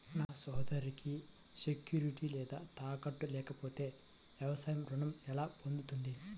నా సోదరికి సెక్యూరిటీ లేదా తాకట్టు లేకపోతే వ్యవసాయ రుణం ఎలా పొందుతుంది?